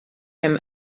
him